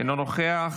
אינו נוכח,